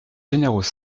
généraux